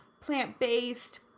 plant-based